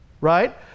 right